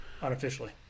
Unofficially